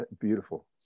beautiful